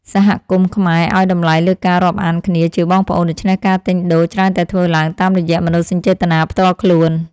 សហគមន៍ខ្មែរឱ្យតម្លៃលើការរាប់អានគ្នាជាបងប្អូន ដូច្នេះការទិញដូរច្រើនតែធ្វើឡើងតាមរយៈមនោសញ្ចេតនាផ្ទាល់ខ្លួន។